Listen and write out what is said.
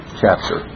chapter